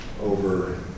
over